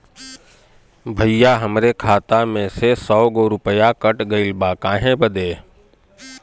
भईया हमरे खाता मे से सौ गो रूपया कट गइल बा काहे बदे?